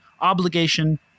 obligation